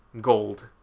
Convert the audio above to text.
Gold